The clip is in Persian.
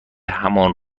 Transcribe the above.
همان